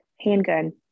Handgun